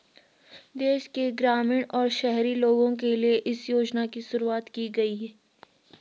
देश के ग्रामीण और शहरी लोगो के लिए इस योजना की शुरूवात की गयी